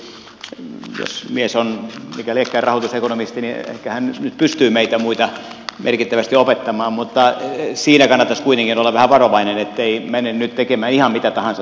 jos mies on mikä liekään rahoitusekonomisti niin ehkä hän nyt pystyy meitä muita merkittävästi opettamaan mutta siinä kannattaisi kuitenkin olla vähän varovainen ettei mene nyt tekemään ihan mitä tahansa tulkintoja